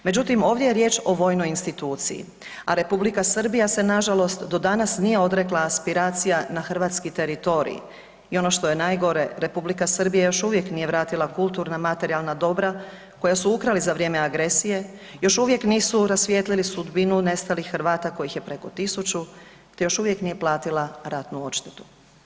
Međutim, ovdje je riječ o vojnoj instituciji, a R. Srbija se nažalost do danas nije odrekla aspiracija na hrvatski teritorij, i ono što je najgore, R. Srbija još uvijek nije vratila kulturna materijalna dobra koja su ukrali za vrijeme agresije, još uvijek nisu rasvijetlili sudbinu nestalih Hrvata kojih je preko 1000 te još uvijek nije platila ratnu odštetu.